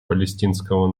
палестинского